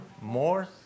more